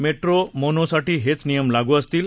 metro mono साठी हेच नियम लागू असतील